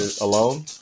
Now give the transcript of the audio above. alone